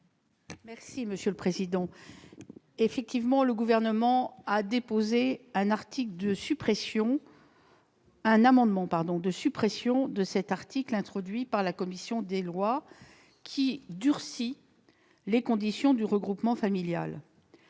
présenter l'amendement n° 422. Le Gouvernement a déposé un amendement de suppression de cet article, introduit par la commission des lois, qui durcit les conditions du regroupement familial.